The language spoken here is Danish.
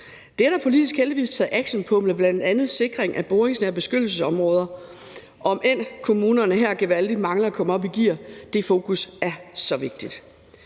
Det er der heldigvis taget politisk action på med bl.a. sikring af boringsnære beskyttelsesområder, om end kommunerne her gevaldigt mangler at komme op i gear. Det fokus er så vigtigt.